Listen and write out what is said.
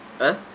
!huh!